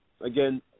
again